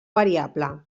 variable